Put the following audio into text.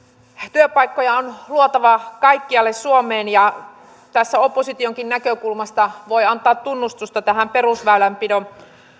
työpaikkoja on luotava kaikkialle suomeen ja tässä oppositionkin näkökulmasta voi antaa tunnustusta tästä perusväylänpidon